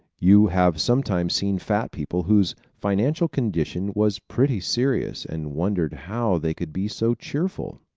you have sometimes seen fat people whose financial condition was pretty serious and wondered how they could be so cheerful.